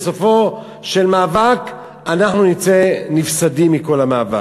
ובסופו של המאבק אנחנו נצא נפסדים מכל המאבק.